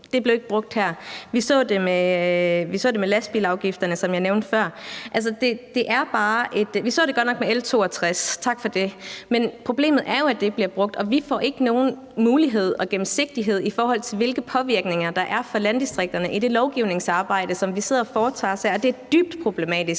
det blev ikke brugt her. Vi så det med lastbilafgifterne, som jeg nævnte før. Vi havde det godt nok med L 62 – tak for det. Men problemet er jo, at det ikke bliver brugt, og vi får ikke nogen mulighed for gennemsigtighed, i forhold til hvilke påvirkninger der er af landdistrikterne i det lovgivningsarbejde, som vi sidder og foretager her, og det er dybt problematisk,